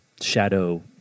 shadow